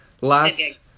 last